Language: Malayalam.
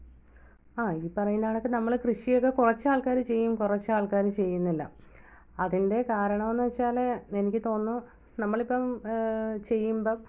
ആ ഈ പറയുന്ന കണക്ക് നമ്മള് കൃഷിയക്കെ കുറച്ച് ആൾക്കാര് ചെയ്യും കുറച്ച് ആൾക്കാര് ചെയ്യുന്നില്ല അതിൻ്റെ കാരണമെന്ന് വെച്ചാല് എനിക്ക് തോന്നുന്നു നമ്മളിപ്പം ചെയ്യുമ്പം